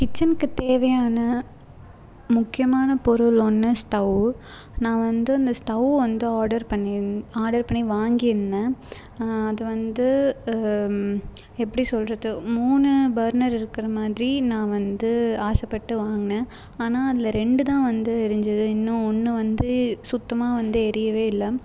கிச்சன்க்கு தேவையான முக்கியமான பொருளில் ஒன்று ஸ்டவ் நான் வந்து இந்த ஸ்டவ் வந்து ஆர்டர் பண்ணிருந் ஆர்டர் பண்ணி வாங்கியிருந்தேன் அது வந்து எப்படி சொல்கிறது மூணு பர்னர் இருக்கிற மாதிரி நான் வந்து ஆசைப்பட்டு வாங்குனேன் ஆனால் அதில் ரெண்டு தான் வந்து எரிஞ்சிது இன்னும் ஒன்று வந்து சுத்தமாக வந்து எரிய இல்லை